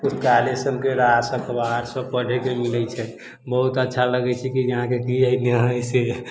पुस्तकालय सबके रास अखबार सब पढ़ैके मिलै छै बहुत अच्छा लगै छै की यहाँके